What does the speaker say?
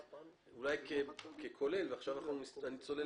אולי זה היה תיאור כולל ועכשיו אני צולל